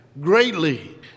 greatly